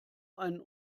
einen